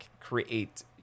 create